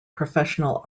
professional